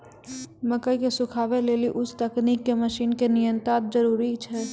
मकई के सुखावे लेली उच्च तकनीक के मसीन के नितांत जरूरी छैय?